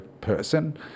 person